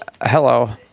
Hello